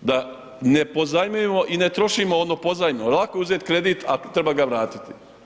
da ne pozajmljujemo i ne trošimo ono pozajmljeno, lako je uzeti kredit, a treba ga vratiti.